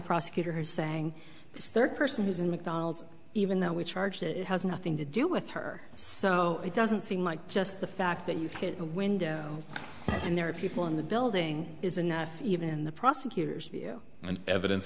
prosecutor who's saying this third person who's in mcdonald's even though we charged it has nothing to do with her so it doesn't seem like just the fact that you've hit a window and there are people in the building is enough even the prosecutors an evidence